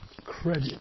credit